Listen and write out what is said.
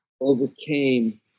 overcame